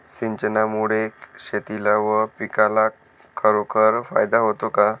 सिंचनामुळे शेतीला व पिकाला खरोखर फायदा होतो का?